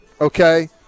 Okay